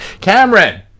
Cameron